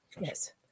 yes